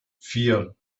vier